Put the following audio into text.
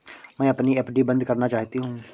मैं अपनी एफ.डी बंद करना चाहती हूँ